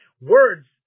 words